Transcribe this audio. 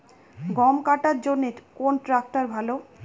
গম কাটার জন্যে কোন ট্র্যাক্টর ভালো?